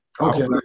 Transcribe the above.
Okay